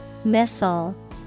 Missile